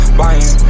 buying